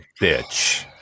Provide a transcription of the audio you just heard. bitch